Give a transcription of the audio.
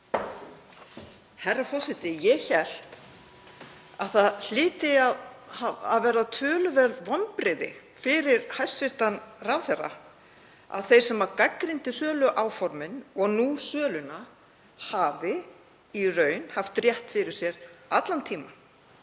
Herra forseti. Ég hélt að það hlytu að vera töluverð vonbrigði fyrir hæstv. ráðherra að þeir sem gagnrýndu söluáformin og nú söluna hafi í raun haft rétt fyrir sér allan tímann,